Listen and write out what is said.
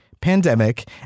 pandemic